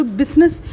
business